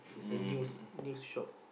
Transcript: um